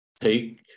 take